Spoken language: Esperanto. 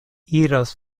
iras